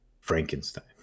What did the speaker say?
Frankenstein